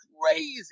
crazy